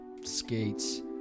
skates